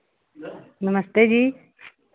नमस्ते जी